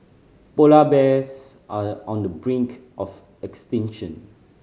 polar bears are on the brink of extinction